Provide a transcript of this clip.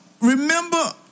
remember